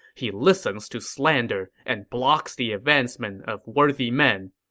he listens to slander and blocks the advancement of worthy men.